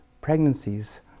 pregnancies